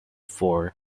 four